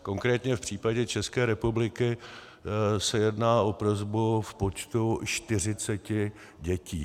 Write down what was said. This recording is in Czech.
Konkrétně v případě České republiky se jedná o prosbu v počtu čtyřiceti dětí.